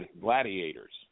Gladiators